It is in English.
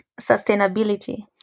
sustainability